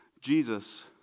Jesus